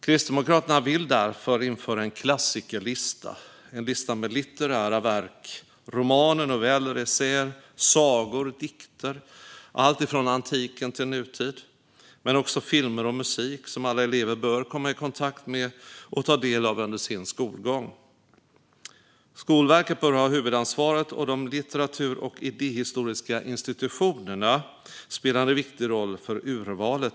Kristdemokraterna vill därför införa en klassikerlista, en lista med litterära verk - romaner, noveller, essäer, sagor och dikter från antiken till nutid - men också filmer och musik, som alla elever bör komma i kontakt med och ta del av under sin skolgång. Skolverket bör ha huvudansvaret, och de litteratur och idéhistoriska institutionerna spelar en viktig roll för urvalet.